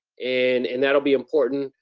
and and that'll be important,